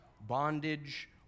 bondage